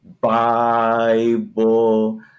Bible